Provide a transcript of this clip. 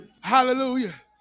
hallelujah